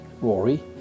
Rory